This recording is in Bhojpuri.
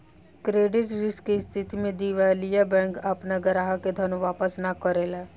क्रेडिट रिस्क के स्थिति में दिवालिया बैंक आपना ग्राहक के धन वापस ना करेला